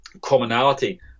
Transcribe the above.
commonality